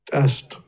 Test